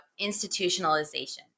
institutionalization